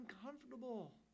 uncomfortable